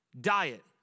diet